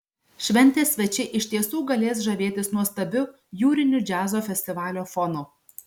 šventės svečiai iš tiesų galės žavėtis nuostabiu jūriniu džiazo festivalio fonu